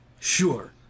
Sure